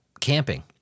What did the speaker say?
camping